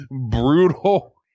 brutal